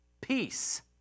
Peace